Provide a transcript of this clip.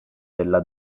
della